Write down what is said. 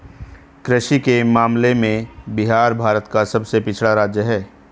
कृषि के मामले में बिहार भारत का सबसे पिछड़ा राज्य है